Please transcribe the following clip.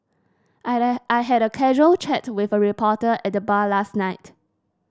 I had I had a casual chat with a reporter at the bar last night